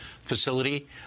facility